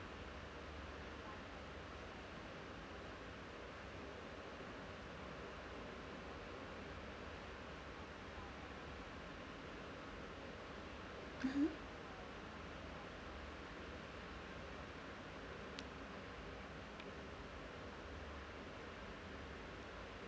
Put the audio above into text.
(uh huh)